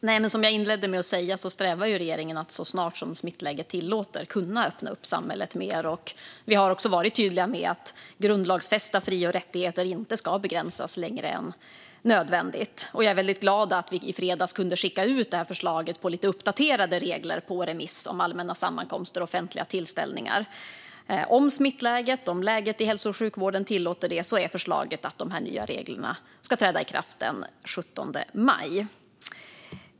Fru talman! Som jag inledde med att säga strävar regeringen efter att så snart som smittläget tillåter öppna upp samhället mer. Vi har också varit tydliga med att grundlagsfästa fri och rättigheter inte ska begränsas längre än nödvändigt. Jag är väldigt glad över att vi i fredags kunde skicka ut förslaget på lite uppdaterade regler för allmänna sammankomster och offentliga tillställningar på remiss. Om smittläget och läget i hälso och sjukvården tillåter det är förslaget att de nya reglerna ska träda i kraft den 17 maj.